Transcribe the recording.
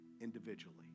individually